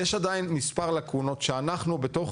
יש עדיין מספר לקונות, שאנחנו בתוך